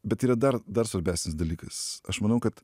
bet yra dar dar svarbesnis dalykas aš manau kad